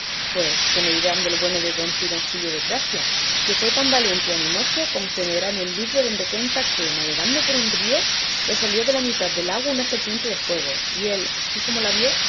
pues qué me dirán del bueno de don cirongilio de tracia que fue tan valiente y animoso como se verá en el libro donde cuenta que navegando por un río le salió de la mitad del agua una serpiente de fuego y él así como la vio